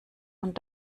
und